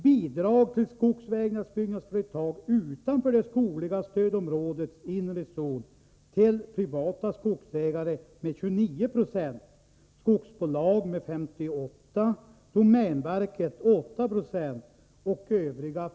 Bidrag till skogsvägbyggnadsföretag utanför det skogliga stödområdets inre zon utgick med 2996 till privata skogsägare, 58 9 till skogsbolag, 8 96 till domänverket och 5 9 till övriga.